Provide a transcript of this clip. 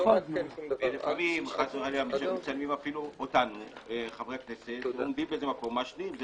לפעמים מצלמים אותנו חברי הכנסת מעשנים.